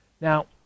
Now